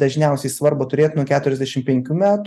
dažniausiai svarbu turėt nuo keturiasdešim penkių metų